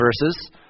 verses